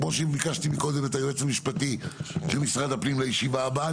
כמו שביקשתי מקודם את היועץ המשפטי של משרד הפנים לישיבה הבאה.